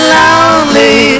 lonely